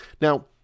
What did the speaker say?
Now